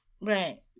right